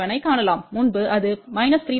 2 dB